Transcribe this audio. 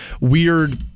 weird